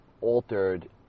altered